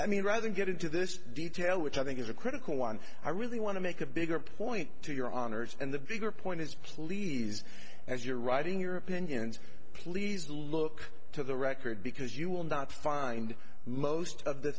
i mean rather than get into this detail which i think is a critical one i really want to make a bigger point to your honor's and the bigger point is please these as you write in your opinions please look to the record because you will not find most of the